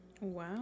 Wow